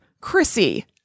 Chrissy